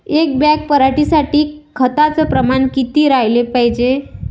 एक बॅग पराटी साठी खताचं प्रमान किती राहाले पायजे?